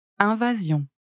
Invasion